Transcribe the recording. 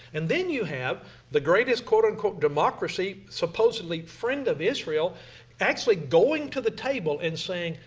and then you have the greatest quote on quote democracy supposedly friend of israel actually going to the table and saying,